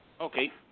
Okay